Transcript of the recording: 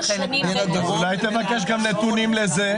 אולי תבקש גם נתונים על זה?